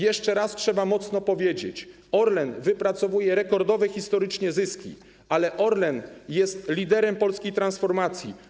Jeszcze raz trzeba mocno powiedzieć: Orlen wypracowuje rekordowe historycznie zyski, ale Orlen jest liderem polskiej transformacji.